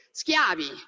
schiavi